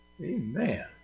Amen